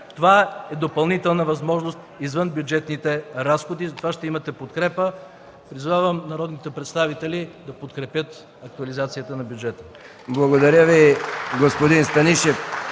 Това е допълнителна възможност, извън бюджетните разходи, за което ще имате подкрепа. Призовавам народните представители да подкрепят актуализацията на бюджета. (Ръкопляскания